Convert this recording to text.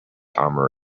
armor